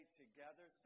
together